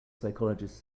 psychologist